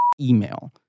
email